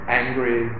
angry